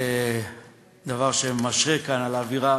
דבר שמשרה כאן את האווירה